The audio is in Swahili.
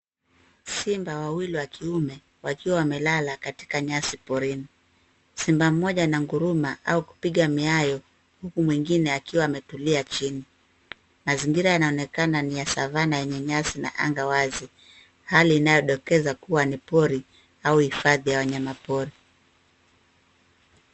Simba wawili wa kiume wakiwa wamelala katika nyasi porini. Simba mmoja ananguruma au kupiga miayo huku mwingine akiwa ametulia chini. Mazingira yanaonekana ni ya savana yenye nyasi na anga wazi. Hali inayodokeza kuwa ni pori au uhifadhi wa wanyama pori.